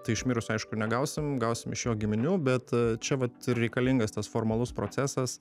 tai iš mirusio aišku negausim gausim iš jo giminių bet čia vat ir reikalingas tas formalus procesas